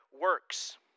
works